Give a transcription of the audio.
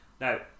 Now